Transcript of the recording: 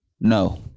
No